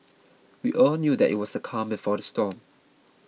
we all knew that it was the calm before the storm